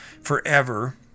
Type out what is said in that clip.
forever